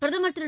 பிரதுர் திரு